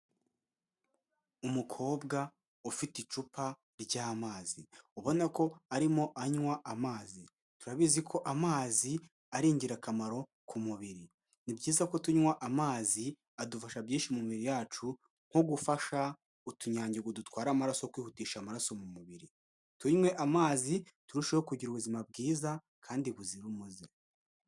Umukobwa ufite icupa ry'amazi, ubona ko arimo anywa amazi, turabizi ko amazi ari ingirakamaro ku mubiri. Ni byiza ko tunywa amazi, adufasha byinshi mu mibiri yacu, nko gufasha utunyangingo dutwara amaraso kwihutisha amaraso mu mubiri, tunywe amazi turusheho kugira ubuzima bwiza kandi buzira umuze.